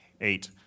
Eight